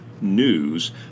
news